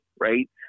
right